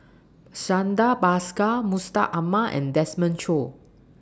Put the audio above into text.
Santha Bhaskar Mustaq Ahmad and Desmond Choo